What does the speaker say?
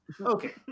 Okay